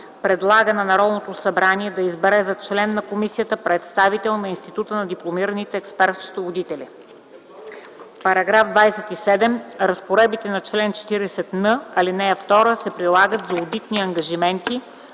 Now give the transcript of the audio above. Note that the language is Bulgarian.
предлага на Народното събрание да избере за член на комисията представител на Института на дипломираните експерт-счетоводители. § 27. Разпоредбата на чл. 40н, ал. 2 се прилага за одитни ангажименти